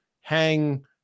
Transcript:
hang